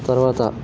తర్వాత